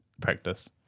practice